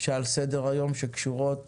על סדר היום שקשורות